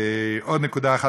ועוד נקודה אחת,